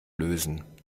lösen